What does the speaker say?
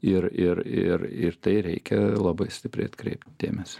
ir ir ir ir tai reikia labai stipriai atkreipt dėmesį